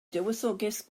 dywysoges